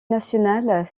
nationale